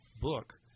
book